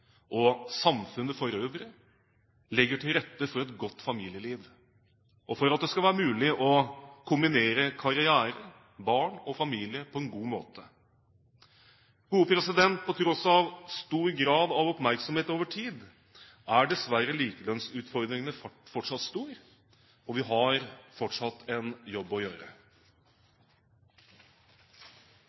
og samfunnet for øvrig legger til rette for et godt familieliv, og for at det skal være mulig å kombinere karriere, barn og familie på en god måte. På tross av stor grad av oppmerksomhet over tid er dessverre likelønnsutfordringene fortsatt store, og vi har fortsatt en jobb å gjøre.